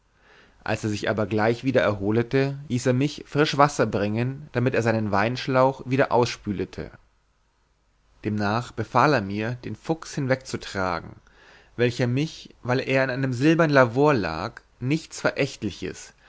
als er sich aber gleich wieder erholete hieß er mich frisch wasser bringen damit er seinen weinschlauch wieder ausspülete demnach befahl er mir den fuchs hinwegzutragen welcher mich weil er in einem silbern lavor lag nichts verächtliches